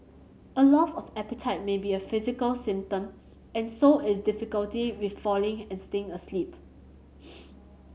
a loss of appetite may be a physical symptom and so is difficulty with falling and staying asleep